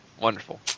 Wonderful